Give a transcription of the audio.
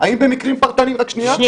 האם במקרים פרטניים --- לא